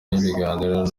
y’ibiganiro